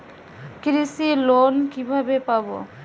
কৃষি লোন কিভাবে পাব?